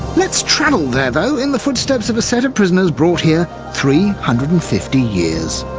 let's travel there though, in the footsteps of a set of prisoners brought here three hundred and fifty years